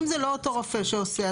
אם זה לא אותו רופא שעושה,